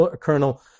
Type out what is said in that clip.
Colonel